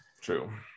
True